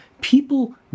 people